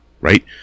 right